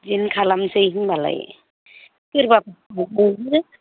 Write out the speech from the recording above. बिदिनो खालामनोसै होनबालाय सोरबाफोर थांबावोबा